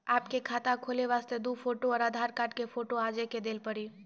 आपके खाते खोले वास्ते दु फोटो और आधार कार्ड के फोटो आजे के देल पड़ी?